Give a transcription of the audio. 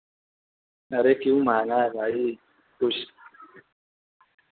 ارے کیوں مانگا بھائی خوش